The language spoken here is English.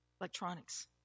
electronics